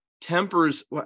tempers